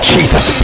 Jesus